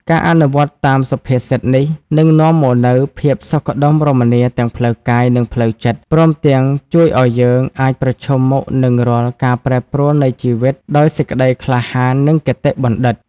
ការអនុវត្តតាមសុភាសិតនេះ នឹងនាំមកនូវភាពសុខដុមរមនាទាំងផ្លូវកាយ និងផ្លូវចិត្ត ព្រមទាំងជួយឱ្យយើងអាចប្រឈមមុខនឹងរាល់ការប្រែប្រួលនៃជីវិតដោយសេចក្តីក្លាហាន និងគតិបណ្ឌិត។